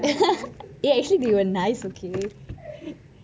actually we were nice okay